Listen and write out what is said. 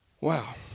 Wow